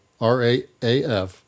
RAAF